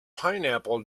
pineapple